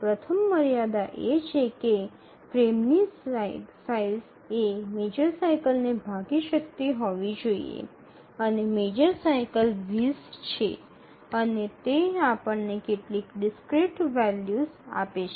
પ્રથમ મર્યાદા એ છે કે ફ્રેમની સાઇઝ એ મેજર સાઇકલને ભાગી શકતી હોવી જોઈએ અને મેજર સાઇકલ ૨0 છે અને તે આપણને કેટલીક ડિસ્ક્રીટ વેલ્યુસ આપે છે